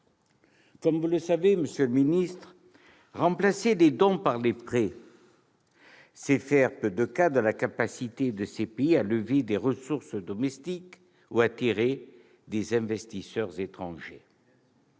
Comme vous le savez, monsieur le ministre, remplacer les dons par les prêts, c'est faire peu de cas de la capacité de ces pays à lever des ressources domestiques ou à attirer des investisseurs étrangers.